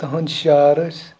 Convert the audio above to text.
تُہُنٛد شعر ٲسۍ